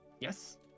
yes